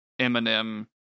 eminem